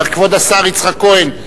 כבוד השר יצחק כהן,